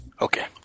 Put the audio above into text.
Okay